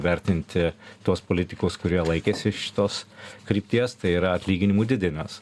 vertinti tuos politikus kurie laikėsi šitos krypties tai yra atlyginimų didinimas